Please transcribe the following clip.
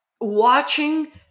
watching